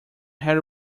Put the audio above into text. harry